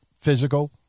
physical